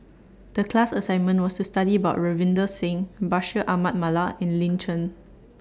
The class assignment was to study about Ravinder Singh Bashir Ahmad Mallal and Lin Chen